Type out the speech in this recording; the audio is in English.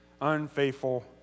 Unfaithful